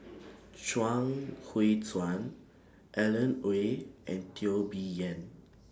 Chuang Hui Tsuan Alan Oei and Teo Bee Yen